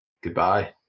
Goodbye